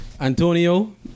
Antonio